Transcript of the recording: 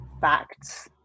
facts